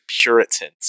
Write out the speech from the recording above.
Puritans